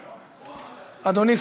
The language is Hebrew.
אדוני,